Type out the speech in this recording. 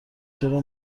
چرا